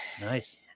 Nice